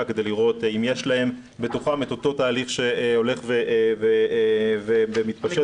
כדי לראות האם יש בתוכם את אותו תהליך שהולך ומתפשט והורס את הכבד.